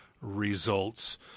results